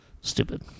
Stupid